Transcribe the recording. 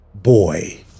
boy